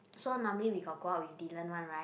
so normally we got go out with dinner one right